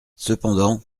cependant